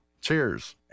Cheers